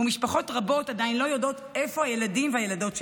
ומשפחות רבות עדיין לא יודעות איפה הילדים והילדות שלהן.